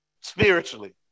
spiritually